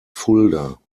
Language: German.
fulda